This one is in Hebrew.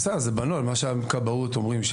בסדר, אז זה בנוי על מה שהכבאות אומרים.